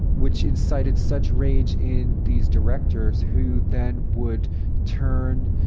which incited such rage in these directors who then would turn